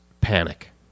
panic